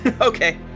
Okay